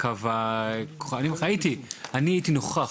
אני הייתי נוכח